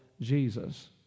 Jesus